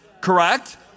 Correct